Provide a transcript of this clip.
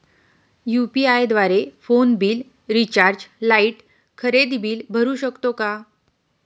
UPI द्वारे phone bill, recharge, light, खरेदी bill भरू शकतो का?